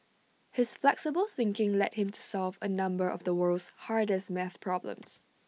his flexible thinking led him to solve A number of the world's hardest maths problems